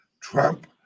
Trump